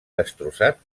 destrossat